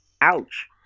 Ouch